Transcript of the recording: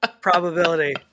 probability